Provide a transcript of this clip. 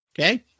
okay